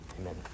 Amen